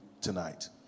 tonight